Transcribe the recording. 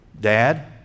dad